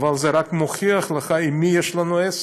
אבל זה רק מוכיח לך עם מי יש לנו עסק,